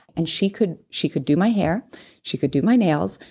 and she could she could do my hair she could do my nails,